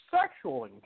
sexual